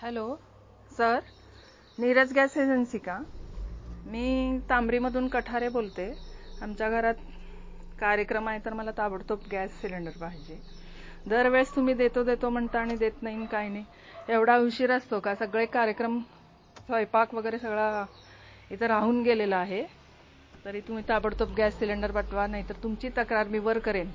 hello sir Neeraj gas agency का मी तांबरीमधून कठारे बोलते आमच्या घरात कार्यक्रम आहे तर मला ताबडतोब गॅस सिलेंडर पाहिजे दरवेळेस तुम्ही देतो देतो म्हणता आणि देत नाही काय नाही एवढा उशीर असतो का सगळे कार्यक्रम स्वैपाक वगरे सगळा इथं राहून गेलेला आहे तरी तुम्ही ताबडतोब गॅस सिलेंडर पाठवा नाहीतर तुमची तक्रार मी वर करेन